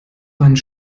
wand